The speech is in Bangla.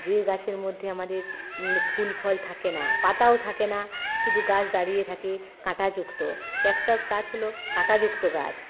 যেই গাছের মধ্যে আমাদের ফুল ফল থাকে না পাতাও থাকে না শুধু গাছ দাঁড়িয়ে থাকে কাঁটাযুক্ত ক্যাকটাস গাছ হল কাঁটাযুক্ত গাছ